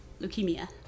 leukemia